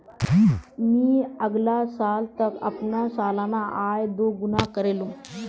मी अगला साल तक अपना सालाना आय दो गुना करे लूम